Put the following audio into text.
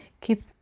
keep